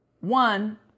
One